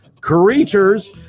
Creatures